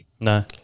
no